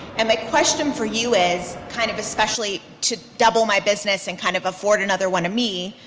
and my question for you is kind of especially to double my business and kind of afford another one of me,